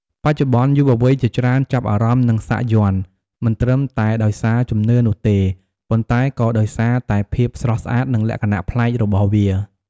បច្ចុប្បន្ន យុវវ័យជាច្រើនចាប់អារម្មណ៍នឹងសាក់យ័ន្ត មិនត្រឹមតែដោយសារជំនឿនោះទេ ប៉ុន្តែក៏ដោយសារតែភាពស្រស់ស្អាត និងលក្ខណៈប្លែករបស់វា។